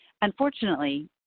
Unfortunately